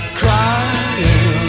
crying